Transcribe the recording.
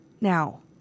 Now